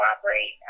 cooperate